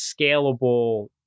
scalable